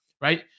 right